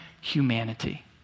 humanity